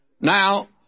Now